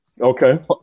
Okay